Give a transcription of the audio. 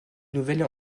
nouvelles